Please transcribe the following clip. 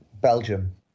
Belgium